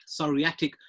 psoriatic